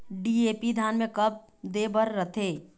DAP धान मे कब दे बर रथे?